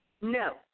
no